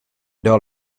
door